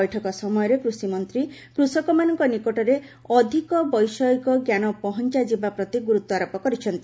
ବୈଠକ ସମୟରେ କୂଷିମନ୍ତ୍ରୀ କୃଷକମାନଙ୍କ ନିକଟରେ ଅଧିକ ବୈଷୟିକ ଜ୍ଞାନ ପହଞ୍ଚା ଯିବା ପ୍ରତି ଗୁରୁତ୍ୱ ଆରୋପ କରିଛନ୍ତି